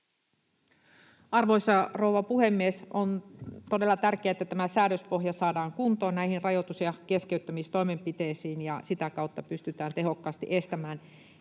Arvoisa rouva puhemies! On todella tärkeää, että tämä säädöspohja saadaan kuntoon näihin rajoitus- ja keskeyttämistoimenpiteisiin ja sitä kautta pystytään tehokkaasti estämään